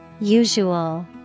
Usual